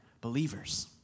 believers